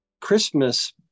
Christmas